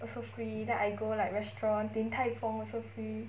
also free then I go like restaurant Din Tai Fung also free